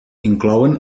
inclouen